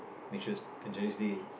make sure it's continuously